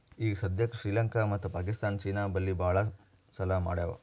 ಈಗ ಸದ್ಯಾಕ್ ಶ್ರೀಲಂಕಾ ಮತ್ತ ಪಾಕಿಸ್ತಾನ್ ಚೀನಾ ಬಲ್ಲಿ ಭಾಳ್ ಸಾಲಾ ಮಾಡ್ಯಾವ್